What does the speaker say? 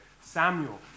Samuel